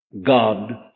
God